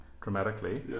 dramatically